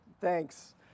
Thanks